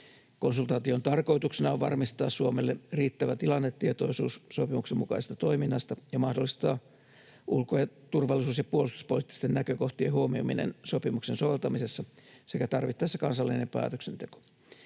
Konsultaation tarkoituksena on varmistaa Suomelle riittävä tilannetietoisuus sopimuksenmukaisesta toiminnasta ja mahdollistaa ulko- ja turvallisuus- ja puolustuspoliittisten näkökohtien huomioiminen sopimuksen soveltamisessa sekä tarvittaessa kansallinen päätöksenteko.